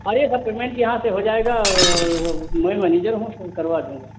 अरे sir payment यहाँ से हो जाएगा मैं मैनेजर हूँ करवा दूँगा